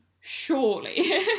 surely